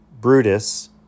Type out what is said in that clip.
Brutus